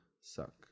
suck